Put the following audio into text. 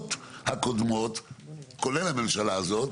הממשלות הקודמות כולל הממשלה הזאת,